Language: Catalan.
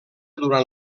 durant